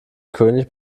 könig